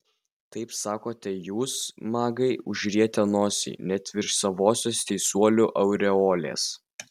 taip sakote jūs magai užrietę nosį net virš savosios teisuolių aureolės